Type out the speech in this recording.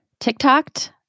tiktoked